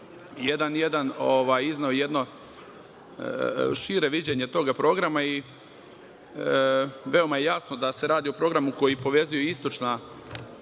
uvodnom delu izneo jedno šire viđenje tog programa i veoma jasno da se radi o programu koji povezuje istočna